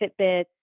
Fitbit